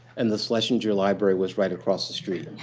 and the schlesinger library was right across the street.